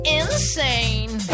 insane